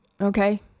okay